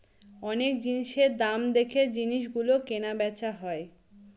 অনেক জিনিসের দাম দেখে জিনিস গুলো কেনা বেচা হয়